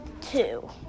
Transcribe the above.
two